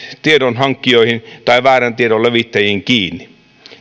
tiedonhankkijoihin tai väärän tiedon levittäjiin kiinni